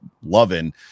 loving